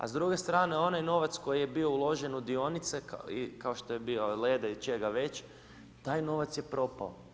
A s druge strane, onaj novac koji je bio uložen u dionice, kao što je bio Leda i čega već, taj novac je propao.